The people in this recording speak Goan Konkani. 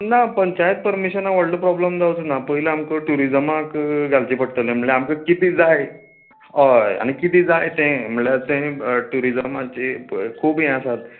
ना पंचायत परमिशनाक व्हडलो प्रोबल्म जांवचो ना पयलीं आमकां टूरिजमाक घालचें पडटलें म्हणल्यार आमकां किदें जाय हय आनी किदें जाय तें म्हणल्यार तें टूरिजमाचे खूब ये आसात